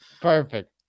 perfect